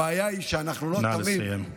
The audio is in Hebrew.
הבעיה היא, שאנחנו לא תמיד, נא לסיים.